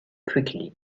quickly